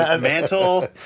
mantle